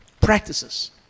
Practices